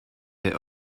der